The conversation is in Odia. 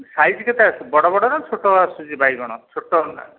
ସାଇଜ୍ କେତେ ଆସୁଛି ବଡ଼ ବଡ଼ ନା ଛୋଟ ଆସୁଛି ବାଇଗଣ ଛୋଟ